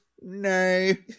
nay